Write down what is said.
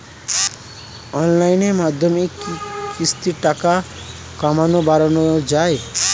অনলাইনের মাধ্যমে কি কিস্তির টাকা কমানো বাড়ানো যায়?